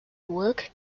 work